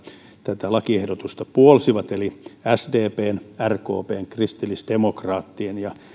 tätä lakiehdotusta puolsivat eli sdpn rkpn kristillisdemokraattien ja